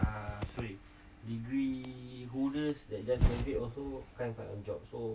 doesn't